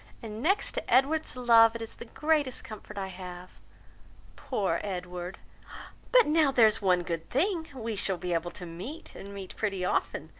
and next to edward's love, it is the greatest comfort i have poor edward but now there is one good thing, we shall be able to meet, and meet pretty often,